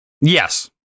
Yes